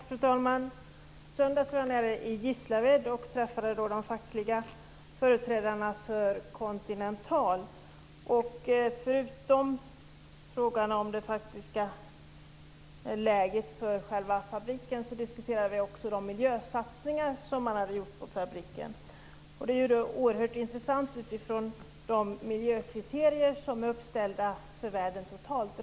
Fru talman! I söndags var jag i Gislaved och träffade då de fackliga företrädarna för Continental. Förutom frågan om det faktiska läget för själva fabriken diskuterade vi också de miljösatsningar som man hade gjort på fabriken. Det var oerhört intressant utifrån de miljökriterier som är uppställda för världen totalt.